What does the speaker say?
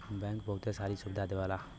bank बहुते सारी सुविधा देवला